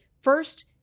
first